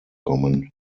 kommen